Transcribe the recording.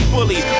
Bully